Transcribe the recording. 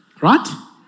Right